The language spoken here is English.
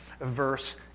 verse